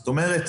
זאת אומרת,